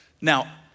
Now